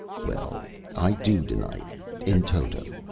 well, i do deny it in toto.